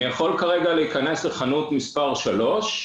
אני יכול להיכנס לחנות כלשהי,